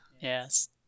Yes